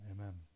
Amen